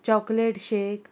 chocolate shake